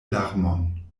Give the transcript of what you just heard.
larmon